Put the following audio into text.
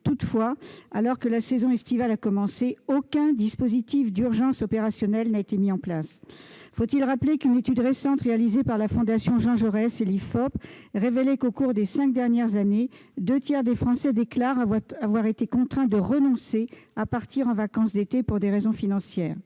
Toutefois, alors que la saison estivale a commencé, aucun dispositif opérationnel d'urgence n'a été mis en place. Faut-il rappeler qu'une étude récente réalisée par la fondation Jean-Jaurès et l'IFOP révélait que deux tiers des Français avaient été contraints de renoncer à partir en vacances d'été pour des raisons financières